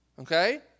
Okay